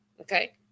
Okay